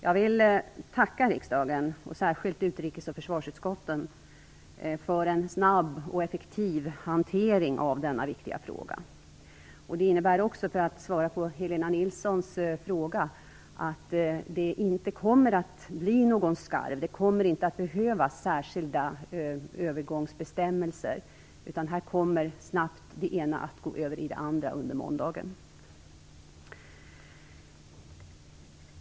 Jag vill tacka riksdagen, särskilt utrikes och försvarsutskotten, för en snabb och effektiv hantering av denna viktiga fråga. Det innebär också att svaret på Helena Nilssons fråga är: Det kommer inte att behövas särskilda övergångsbestämmelser, utan det ena kommer att snabbt övergå till det andra redan under måndagen.